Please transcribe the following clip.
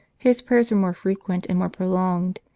his prayers were more frequent and more prolonged,